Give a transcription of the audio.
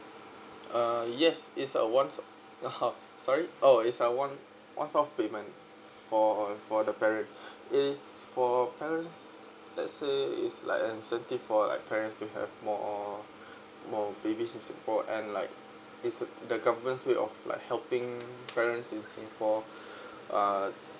uh yes it's a once [aha] sorry oo it's a once once off payment for for the parent is for parent let's say it is like incentive for like parent to have more more babies in support and like it's a the government's way of like helping parents in singapore uh